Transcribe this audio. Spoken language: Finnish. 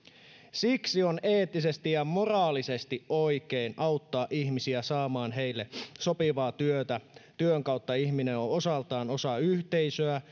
siksi on eettisesti ja moraalisesti oikein auttaa ihmisiä saamaan heille sopivaa työtä työn kautta ihminen on osaltaan osa yhteisöä